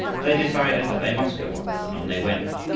but they decided that they must go on, and on they went,